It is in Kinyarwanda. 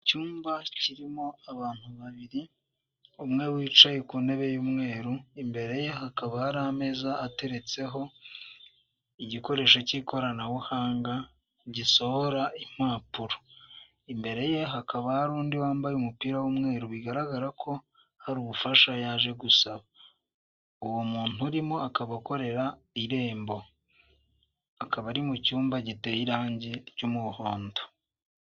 Icyumba kirimo abantu babiri, umwe wicaye ku ntebe y'umweru, imbere ye hakaba hari ameza ateretseho igikoresho cy'ikoranabuhanga gisohora impapuro. Imbere ye hakaba hari undi wambaye umupira w'umweru bigaragara ko hari ubufasha yaje gusaba. Uwo muntu urimo akaba akorera Irembo. Akaba ari mu cyumba giteye irangi ry'umuhondo.